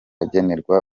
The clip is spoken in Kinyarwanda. agenerwa